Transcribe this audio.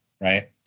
right